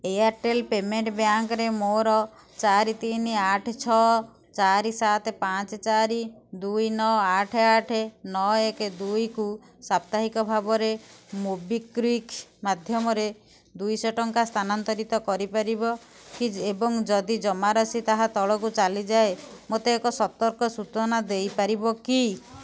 Airtel payment ବ୍ୟାଙ୍କରେ ମୋର ଚାରି ତିନି ଆଠ ଛଅ ଚାରି ସାତ ପାଞ୍ଚ ଚାରି ଦୁଇ ନଅ ଆଠ ଆଠ ନଅ ଏକ ଦୁଇକୁ ସାପ୍ତାହିକ ଭାବରେ ମୋବିକ୍ୱିକ ମାଧ୍ୟମରେ ଦୁଇଶହ ଟଙ୍କା ସ୍ଥାନାନ୍ତରିତ କରିପାରିବ କି ଏବଂ ଯଦି ଜମାରାଶି ତାହା ତଳକୁ ଚାଲିଯାଏ ମୋତେ ଏକ ସତର୍କ ସୂଚନା ଦେଇପାରିବ କି